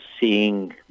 seeing